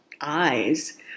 eyes